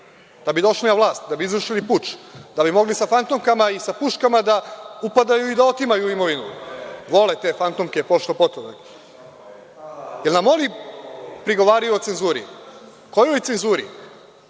da bi došli na vlast, da bi izvršili puč, da bi mogli sa fantomkama i sa puškama da upadaju i da otimaju imovinu? Vole te fantomke pošto poto. Jel nam oni prigovaraju o cenzuri? Kojoj